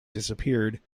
disappeared